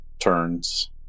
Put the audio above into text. turns